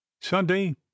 Sunday